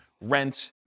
rent